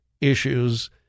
issues